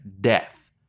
death